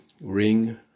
Ring